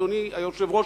אדוני היושב-ראש,